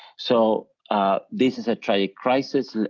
so this is a trade crisis,